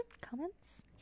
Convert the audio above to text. Comments